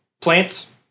Plants